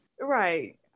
right